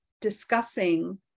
discussing